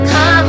Come